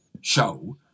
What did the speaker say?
show